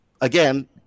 again